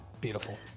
Beautiful